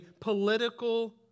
political